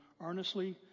earnestly